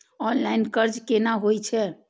Online कर्ज केना होई छै?